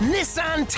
Nissan